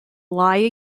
lie